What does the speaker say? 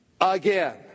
again